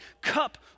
cup